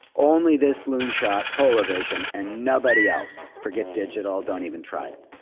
only this loonshot, polavision, and nobody else. forget digital. don't even try it.